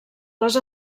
les